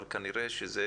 אבל כנראה שזה